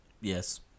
Yes